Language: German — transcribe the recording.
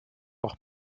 noch